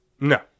No